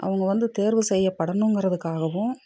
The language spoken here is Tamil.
அவங்க வந்து தேர்வு செய்யப்படணுங்கிறதுக்காகவும்